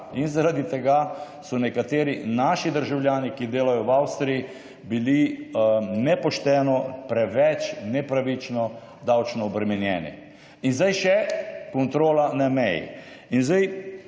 in zaradi tega so nekateri naši državljani, ki delajo v Avstriji bili nepošteno, preveč nepravično davčno obremenjeni in zdaj še kontrola na meji. Ta